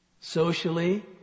socially